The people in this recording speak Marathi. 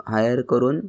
हायर करून